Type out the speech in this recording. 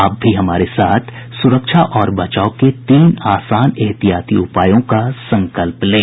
आप भी हमारे साथ सुरक्षा और बचाव के तीन आसान एहतियाती उपायों का संकल्प लें